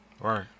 Right